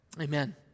amen